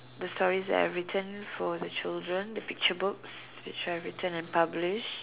the stories that I've written for the children the picture books which I written and published